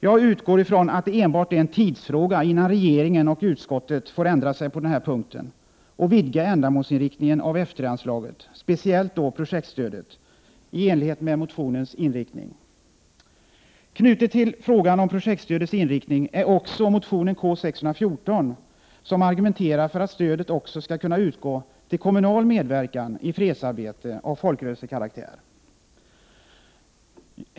Jag utgår från att det enbart är en tidsfråga, innan regeringen och utskottet får ändra sig på den här punkten och vidga ändamålsinriktningen av F3 anslaget, speciellt då projektstödet, i enlighet med motionens inriktning. Knuten till frågan om projektstödets inriktning är också motionen K614, som argumenterar för att stödet också skall kunna utgå till kommunal medverkan i fredsarbete av folkrörelsekaraktär.